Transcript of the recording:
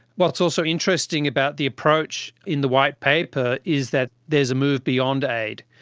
what's also interesting about the approach in the white paper is that there is a move beyond aid.